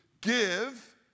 Give